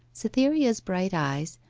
cytherea's bright eyes,